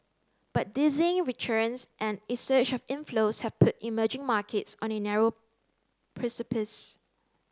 but dizzying returns and it surge of inflows have put emerging markets on a narrow precipice